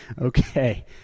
Okay